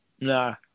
no